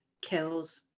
kills